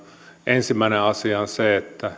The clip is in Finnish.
ensimmäinen asia on se että